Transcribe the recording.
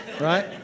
Right